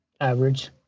average